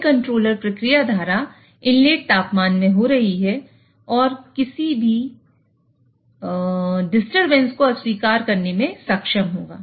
यह कंट्रोलर प्रक्रिया धारा इनलेट तापमान में हो रही किसी भी डिस्टरबेंस को अस्वीकार करने में सक्षम होगा